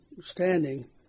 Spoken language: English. standing